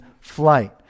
flight